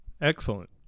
Excellent